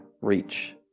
reach